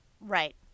Right